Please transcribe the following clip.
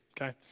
okay